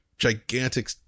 gigantic